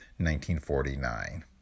1949